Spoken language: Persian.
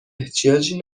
احتیاجی